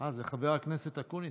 חבר הכנסת אקוניס.